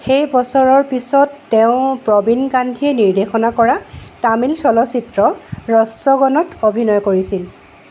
সেই বছৰৰ পিছত তেওঁ প্ৰবীণ গান্ধীয়ে নিৰ্দেশনা কৰা তামিল চলচ্চিত্ৰ ৰচ্চগনত অভিনয় কৰিছিল